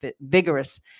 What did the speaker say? vigorous